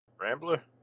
Rambler